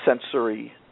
sensory